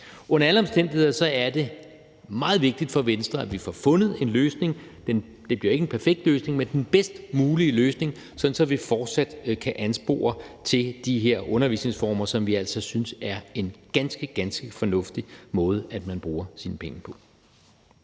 Under alle omstændigheder er det meget vigtigt for Venstre, at vi får fundet en løsning – det bliver jo ikke en perfekt løsning, men den bedst mulige løsning – sådan at vi fortsat kan anspore til de her undervisningsformer, som vi altså synes er en ganske, ganske fornuftig måde, at man bruger sine penge på.